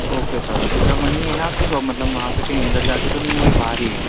okay sir okay sir وہیں ہے نا آپ کی شاپ مطلب وہاں سے کہیں اندر جا کے تو نہیں ہے وہ باہر ہی ہے